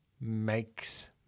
makes